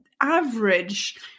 average